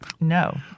No